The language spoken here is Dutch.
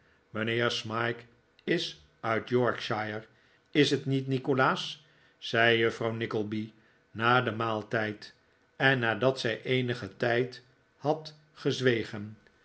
mijnheer smike is uit yorkshire is t niet nikolaas zei juffrouw nickleby na den maaltijd en nadat zij eenigen tijd had gezwegen